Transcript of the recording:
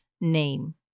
Name